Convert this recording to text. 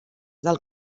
del